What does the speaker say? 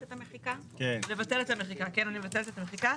כן, אני מבטלת את המחיקה.